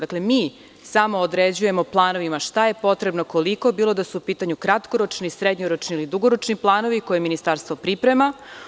Dakle, mi samo određujemo planovima šta je potrebno, koliko, bilo da su u pitanju kratkoročni, srednjoročni ili dugoročni planovi koje Ministarstvo priprema.